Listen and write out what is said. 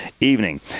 evening